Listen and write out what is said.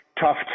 tough